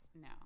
No